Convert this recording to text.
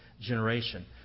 generation